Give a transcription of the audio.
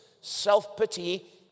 self-pity